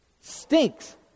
stinks